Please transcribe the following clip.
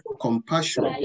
Compassion